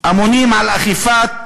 אמונים על אכיפת